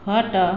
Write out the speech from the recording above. ଖଟ